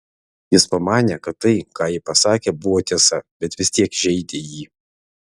jis pamanė kad tai ką ji pasakė buvo tiesa bet vis tiek žeidė jį